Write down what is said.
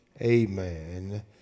amen